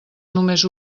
només